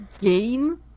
game